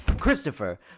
Christopher